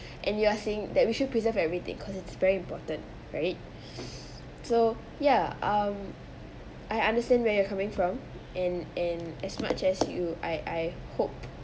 and you are saying that we should preserve everything cause it's very important right so ya um I understand where you're coming from and and as much as you I I hope